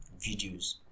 videos